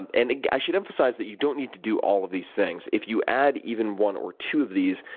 and and i should emphasize that you don't need to do all of these things. if you add even one or two of these,